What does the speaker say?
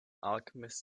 alchemist